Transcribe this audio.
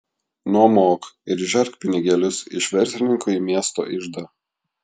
nuomok ir žerk pinigėlius iš verslininkų į miesto iždą